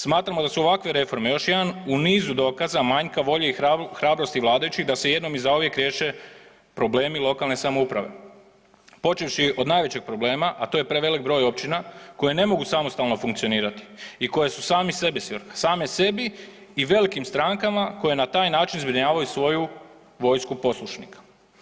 Smatramo da su ovakve reforme još jedan u nizu dokaza manjka volje i hrabrosti vladajućih da se jednom i zauvijek riješe problemi lokalne samouprave počevši od najvećeg problema, a to je prevelik broj općina koje ne mogu samostalno funkcionirati i koje su sami sebi svrha, same sebi i velikim strankama koje na taj način zbrinjavaju svoju vojsku poslušnika.